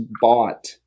bought